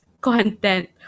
content